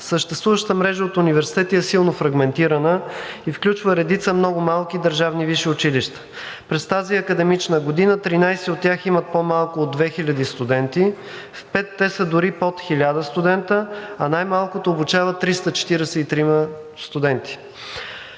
Съществуващата мрежа от университети е силно фрагментирана и включва редица много малки държавни висши училища. През тази академична година 13 от тях имат по-малко от 2000 студенти, в пет те са дори под 1000 студенти, а най-малкото обучава 343 студенти.